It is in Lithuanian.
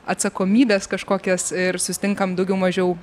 atsakomybes kažkokias ir susitinkam daugiau mažiau